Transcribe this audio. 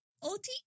OT